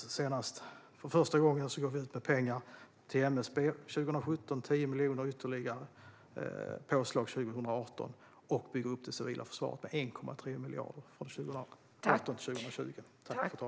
År 2017 gick vi för första gången ut med pengar till MSB, och det blir ett påslag på ytterligare 10 miljoner för 2018. Vi bygger också upp det civila försvaret med 1,3 miljarder från 2018 till 2020.